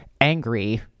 angry